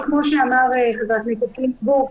כמו שאמר חבר הכנסת גינזבורג,